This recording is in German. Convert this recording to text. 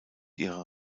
ihrer